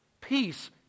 Peace